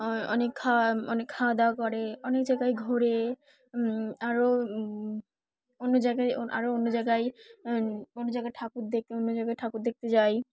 অনেক খাওয়া অনেক খাওয়া দাওয়া করে অনেক জায়গায় ঘুরে আরও অন্য জায়গায় আরও অন্য জায়গায় অন্য জায়গায় ঠাকুর দেখে অন্য জায়গায় ঠাকুর দেখতে যাই